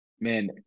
Man